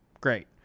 great